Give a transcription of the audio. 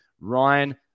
Ryan